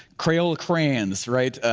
crayola crayons, right?